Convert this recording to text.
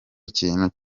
ikintu